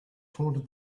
taunted